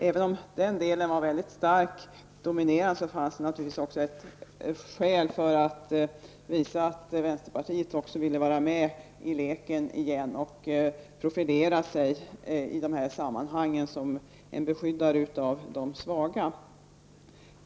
Även om det motivet var starkt dominerande, tror jag nog att det också fanns skäl att visa att vänsterpartiet ville vara med i leken igen och profilera sig som beskyddare av de svaga.